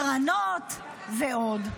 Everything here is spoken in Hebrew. קרנות ועוד.